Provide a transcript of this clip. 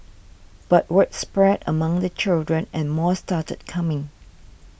but word spread among the children and more started coming